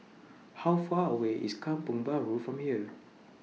How Far away IS Kampong Bahru from here